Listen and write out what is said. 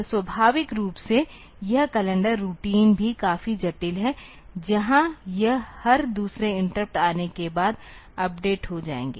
तो स्वाभाविक रूप से यह कैलेंडर रूटीन भी काफी जटिल है जहां यह हर दूसरे इंटरप्ट आने के बाद अपडेट हो जाएगा